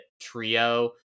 trio